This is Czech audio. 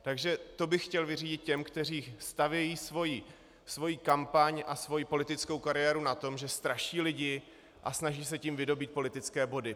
Takže to bych chtěl vyřídit těm, kteří stavějí svoji kampaň a svoji politickou kariéru na tom, že straší lidi, a snaží se tím vydobýt politické body.